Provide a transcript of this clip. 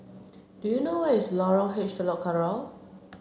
do you know where is Lorong H Telok Kurau